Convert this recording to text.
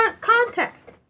contact